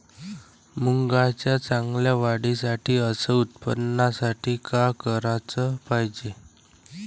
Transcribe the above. मुंगाच्या चांगल्या वाढीसाठी अस उत्पन्नासाठी का कराच पायजे?